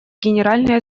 генеральной